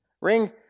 ring